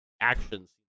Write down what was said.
actions